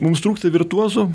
mums trūksta virtuozų